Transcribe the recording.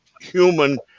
human